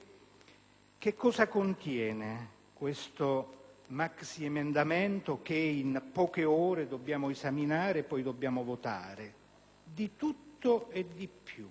Cosa contiene questo maxiemendamento che in poche ore dobbiamo esaminare e poi votare? Di tutto e di più.